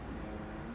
ya